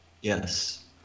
Yes